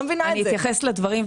אני אתייחס לדברים,